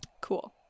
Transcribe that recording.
Cool